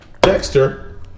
Dexter